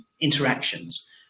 interactions